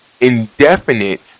indefinite